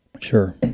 Sure